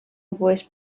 voice